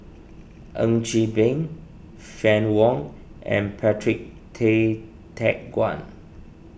Ng Chee Meng Fann Wong and Patrick Tay Teck Guan